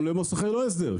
גם למוסכי לא הסדר,